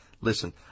Listen